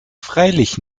freilich